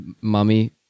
mummy